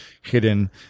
hidden